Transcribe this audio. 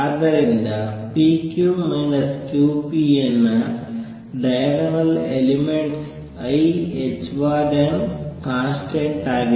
ಆದ್ದರಿಂದ p q q p ನ diagonal elements i constant ಆಗಿದೆ